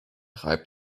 reibt